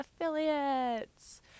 affiliates